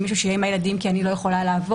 מישהו שיהיה עם הילדים כי אני לא יכולה לעבוד,